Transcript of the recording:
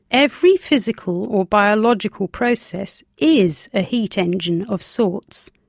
every physical or biological process is a heat engine of sorts.